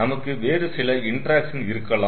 நமக்கு வேறு சில இன்டராக்சன் இருக்கலாம்